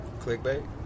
Clickbait